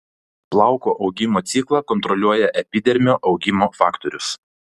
plauko augimo ciklą kontroliuoja epidermio augimo faktorius